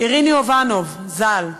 אירנה איוונוב ז"ל,